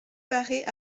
barret